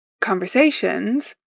conversations